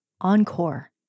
encore